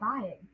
buying